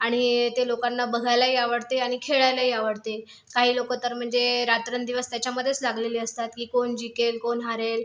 आणि ते लोकांना बघायलाही आवडते आणि खेळायलाही आवडते काही लोकं तर म्हणजे रात्रंदिवस त्याच्यामध्येच लागलेले असतात की कोण जिंकेल कोण हारेल